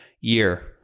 year